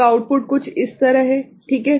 तो आउटपुट कुछ इस तरह है ठीक है